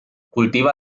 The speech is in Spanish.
cultiva